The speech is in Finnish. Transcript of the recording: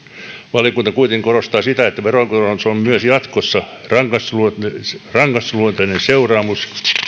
valiokunta kuitenkin korostaa sitä että veronkorotus on myös jatkossa rangaistusluonteinen rangaistusluonteinen seuraamus